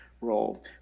role